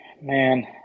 man